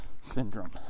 syndrome